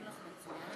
"דרכנו".